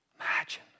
Imagine